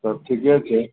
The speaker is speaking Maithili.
तब ठिके छै